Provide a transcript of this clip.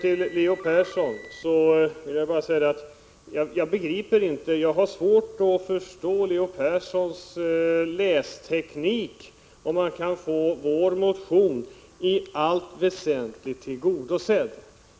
Till Leo Persson vill jag säga att jag har svårt att förstå hans lästeknik, om han anser att vår motion blivit i allt väsentligt tillgodosedd.